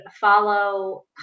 follow